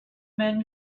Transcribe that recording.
men